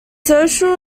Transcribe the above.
social